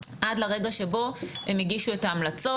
עד לרגע שבו הם הגישו את ההמלצות.